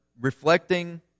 reflecting